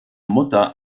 mutter